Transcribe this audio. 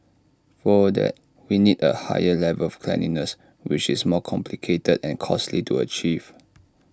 for that we need A higher level of cleanliness which is more complicated and costly to achieve